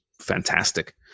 fantastic